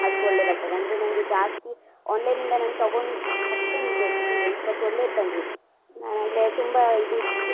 ಅಷ್ಟೊಳ್ಳೆ ಬರ್ತದೆ ಅಂದರೆ ನಂಗೆ ಜಾಸ್ತಿ ಆನ್ಲೈನಿಂದ ನಾನು ತಗೊಂಡು ಫಸ್ಟ್ ಟೈಮ್ ಇದು ಎಕ್ಸ್ಪೀರಿಯೆನ್ಸ್ ಬಟ್ ಒಳ್ಳೆದು ಬಂದಿತ್ತು ನಾನು ಅಂದರೆ ತುಂಬ ಇದು ಇತ್ತು